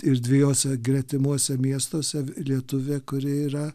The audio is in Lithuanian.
ir dviejose gretimuose miestuose lietuvė kuri yra